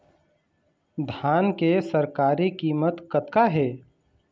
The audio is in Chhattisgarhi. धान के सरकारी कीमत कतका हे?